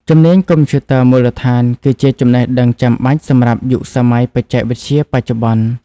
ជំនាញកុំព្យូទ័រមូលដ្ឋានគឺជាចំណេះដឹងចាំបាច់សម្រាប់យុគសម័យបច្ចេកវិទ្យាបច្ចុប្បន្ន។